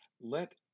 let